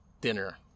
dinner